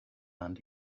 land